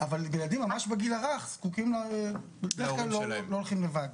אבל ילדים ממש בגיל הרך לא הולכים לבד.